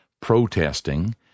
protesting